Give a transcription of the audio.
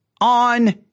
on